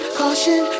caution